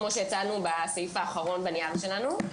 כמו שהצענו בסעיף האחרון בנייר שלנו.